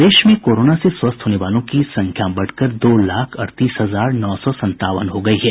प्रदेश में कोरोना से स्वस्थ होने वालों की संख्या बढ़कर दो लाख अड़तीस हजार नौ सौ संतावन हो गयी है